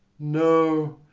no,